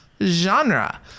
Genre